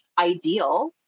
ideal